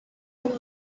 اومد